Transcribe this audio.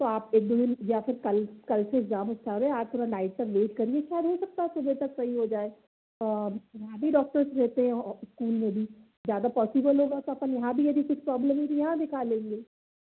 तो आप एक दो दिन या फिर कल कल से इगजाम इस्टार है आज नाइट तक वेट कर लीजिए शायद हो सकता है सुबह तक सही हो जाए अभी डौकटर्स स्कूल में भी ज़्यादा पौसिबल होगा तो अपन यहाँ भी यदि कुछ प्रौब्लेम होगी यहाँ दिखा लेंगे